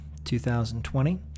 2020